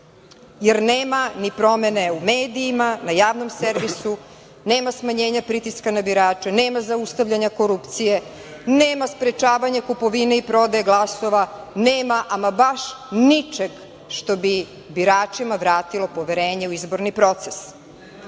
jer nema ni promene u medijima, na javnom servisu, nema smanjenja pritiska na birače, nema zaustavljanja korupcije, nema sprečavanje kupovine i prodaje glasova, nema ama baš ničeg što bi biračima vratilo poverenje u izborni proces. Želim